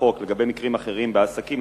לגבי מקרים אחרים בעסקים,